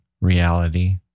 reality